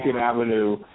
Avenue